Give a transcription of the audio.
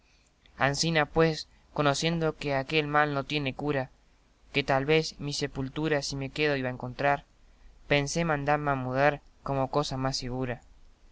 ansina pues conociendo que aquel mal no tiene cura que tal vez mi sepoltura si me quedo iba a encontrar pensé mandarme mudar como cosa más sigura